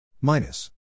minus